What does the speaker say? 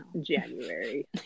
January